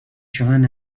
john